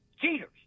Cheaters